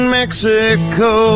mexico